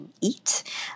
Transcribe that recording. eat